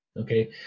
okay